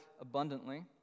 abundantly